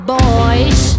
boys